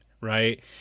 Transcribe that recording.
right